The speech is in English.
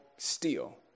steal